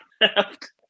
left